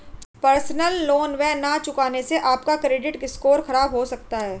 personal loan न चुकाने से आप का क्रेडिट स्कोर खराब हो सकता है